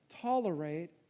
tolerate